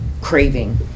craving